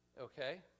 Okay